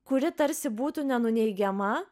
kuri tarsi būtų nenuneigiama